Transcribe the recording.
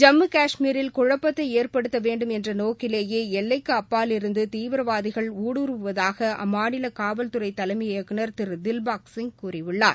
ஜம்மு கஷ்மீரில் குழப்பத்தை ஏற்படுத்த வேண்டும் என்ற நோக்கிலேயே எல்லைக்கு அப்பாலிருந்து தீவிரவாதிகள் ஊடுறுவுவகதாக அம்மாநில காவல்துறை தலைமை இயக்குநர் திரு தில் பாக் சிங் கூறியுள்ளார்